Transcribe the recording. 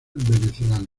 venezolano